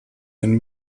ein